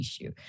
issue